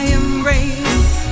embrace